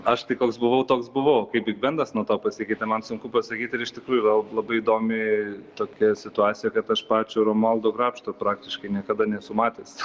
aš tai koks buvau toks buvau kaip bigbendas nuo to pasikeitė man sunku pasakyt ir iš tikrųjų vėl labai įdomi tokia situacija kad aš pačio romualdo grabšto praktiškai niekada nesu matęs